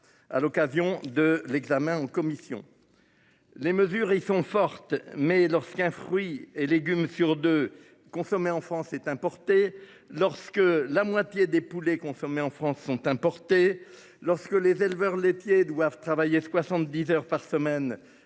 À l'occasion de l'examen en commission. Les mesures ils font forte mais lorsqu'un fruit et légumes sur 2 consommée en France est importé lorsque la moitié des poulets consommés en France sont importés. Lorsque les éleveurs laitiers doivent travailler 70 heures par semaine